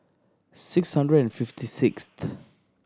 six hundred and fifty sixth